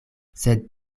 sed